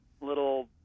little